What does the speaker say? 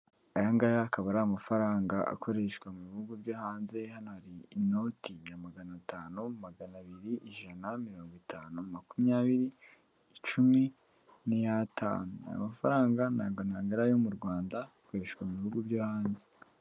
Aya ngaya akaba ari amafaranga akoreshwa mu bihugu byo hanze, hano hari inoti ya magana atanu magana abiri ijana na mirongo itanu makumyabiri icumi n'iyatanu, amafaranga ntabwo ari ayo mu Rwanda akoreshwa mu bihugu byo hanze.